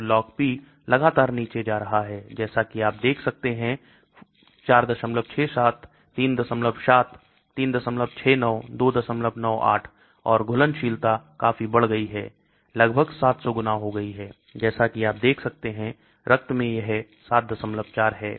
तो LogP लगातार नीचे जा रहा है जैसा कि आप देख सकते हैं 467 37 369 298 और घुलनशील ता काफी बढ़ गई है लगभग 700 गुना हो गई है जैसा कि आप देख सकते हैं रक्त में यह 74 है